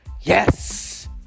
Yes